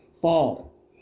Fall